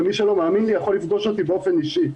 ומי שלא מאמין לי יכול לפגוש אותי באופן אישי.